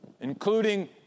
including